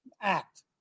act